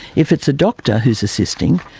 if it's a doctor who is assisting,